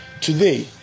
Today